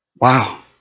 Wow